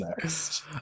next